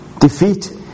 defeat